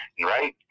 right